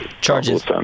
charges